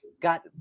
Got